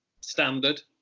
standard